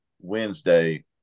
Wednesday